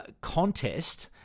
contest